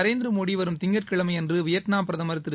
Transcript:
நரேந்திர மோடி வரும் திங்கட்கிழமையன்று வியட்நாட் பிரதமர் திரு